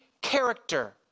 character